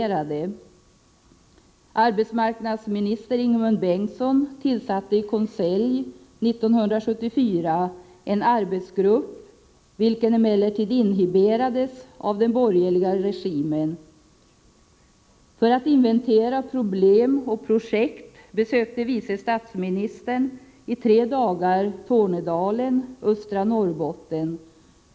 Dåvarande arbetsmarknadsministern Ingemund Bengtsson tillsatte i konselj 1974 en arbetsgrupp, vilken emellertid inhiberades av den borgerliga regeringen. För att inventera problem och projekt besökte vice statsministern i tre dagar Tornedalen och Östra Norrbotten.